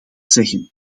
zeggen